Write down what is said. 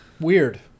Weird